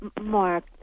Mark